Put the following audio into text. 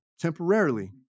temporarily